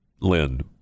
Lynn